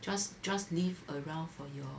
just just live around for your